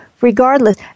regardless